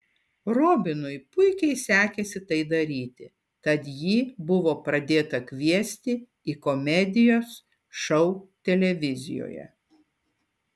robinui puikiai sekėsi tai daryti tad jį buvo pradėta kviesti į komedijos šou televizijoje